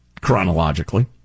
chronologically